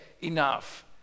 enough